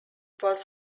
was